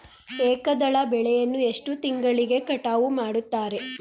ಏಕದಳ ಬೆಳೆಯನ್ನು ಎಷ್ಟು ತಿಂಗಳಿಗೆ ಕಟಾವು ಮಾಡುತ್ತಾರೆ?